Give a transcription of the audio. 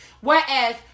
Whereas